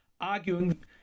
arguing